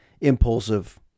impulsive